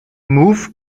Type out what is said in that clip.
moved